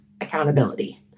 accountability